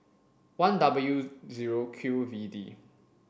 one W zero Q V D